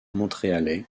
montréalais